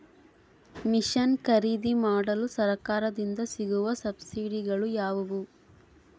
Mission ಖರೇದಿಮಾಡಲು ಸರಕಾರದಿಂದ ಸಿಗುವ ಸಬ್ಸಿಡಿಗಳು ಯಾವುವು?